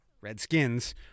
Redskins